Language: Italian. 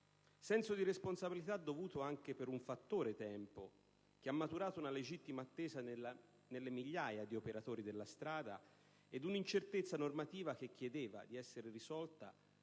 senso di responsabilità è dovuto anche per un fattore tempo, che ha alimentato una legittima attesa nelle migliaia di operatori della strada, di fronte a un'incertezza normativa che chiedeva di essere risolta,